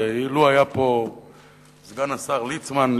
ולו היה פה סגן השר ליצמן,